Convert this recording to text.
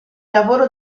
lavoro